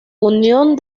unión